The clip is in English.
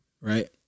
right